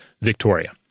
Victoria